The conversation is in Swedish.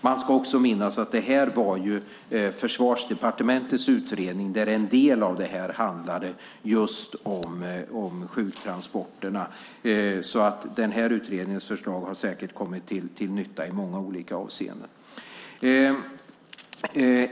Man ska också minnas att det här var Försvarsdepartementets utredning där en del av det här handlade om sjuktransporterna. Den här utredningens förslag har säkert kommit till nytta i många olika avseenden.